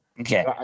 Okay